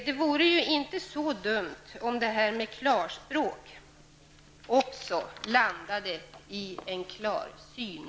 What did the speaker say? Det vore inte så dumt om detta med att tala klarspråk också landade i en klarsyn.